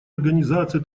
организацию